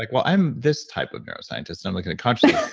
like well, i'm this type of neuroscientist i'm looking at consciousness,